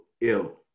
ill